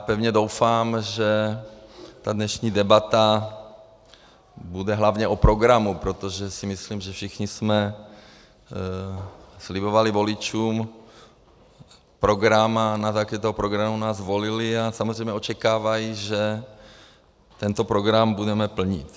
Pevně doufám, že dnešní debata bude hlavně o programu, protože si myslím, že všichni jsme slibovali voličům program, na základě toho programu nás volili a samozřejmě očekávají, že tento program budeme plnit.